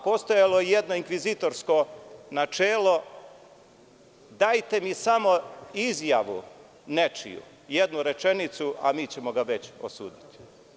Postojalo je jedno inkvizitorsko načelo „dajte mi samo izjavu, nečiju, jednu rečenicu, a mi ćemo ga već osuditi“